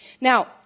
Now